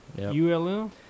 ULM